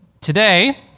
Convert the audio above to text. Today